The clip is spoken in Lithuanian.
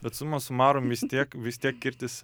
bet suma sumarum vis tiek vis tiek kirtis